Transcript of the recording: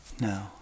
No